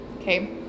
okay